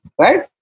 right